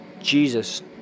Jesus